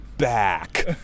back